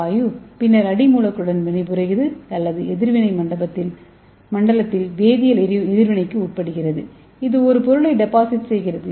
வாயு பின்னர் அடி மூலக்கூறுடன் வினைபுரிகிறது அல்லது எதிர்வினை மண்டலத்தில் வேதியியல் எதிர்வினைக்கு உட்படுகிறது இது பொருளை டெபாசிட் செய்கிறது